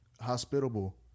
hospitable